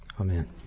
amen